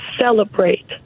celebrate